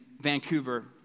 Vancouver